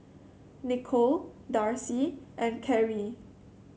Nikole Darci and Karie